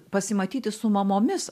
pasimatyti su mamomis